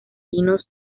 pinos